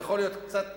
יכול להיות קצת פחות,